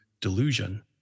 delusion